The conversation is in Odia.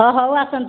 ହଁ ହଉ ଆସନ୍ତୁ